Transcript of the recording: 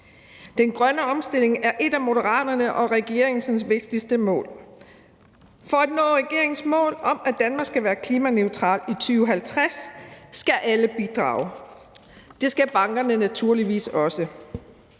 Den grønne omstilling er et af Moderaterne og regeringens vigtigste mål. For at nå regeringens mål om, at Danmark skal være klimaneutral i 2050, skal alle bidrage. Det skal bankerne naturligvis også.